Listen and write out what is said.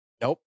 Nope